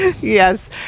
yes